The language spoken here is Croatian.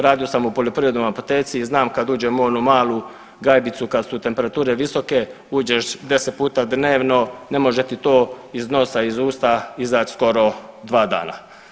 Radio sam u poljoprivrednoj apoteci i znam kad uđem u onu malu gajbicu kad su temperature visoke, uđeš 10 puta dnevno ne može ti to iz nosa, iz usta izaći skoro dva dana.